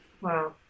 Wow